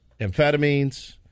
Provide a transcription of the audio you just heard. amphetamines